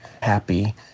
happy